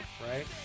right